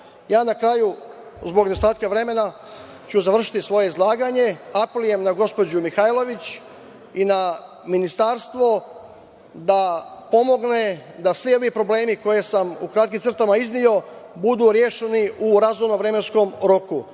na kraju zbog nedostatka vremena ću završiti svoje izlaganje, apelujem na gospođu Mihajlović i na Ministarstvo da pomognu da svi ovi problemi koje sam u kratkim crtama izneo budu rešeni u razumno vremenskom roku.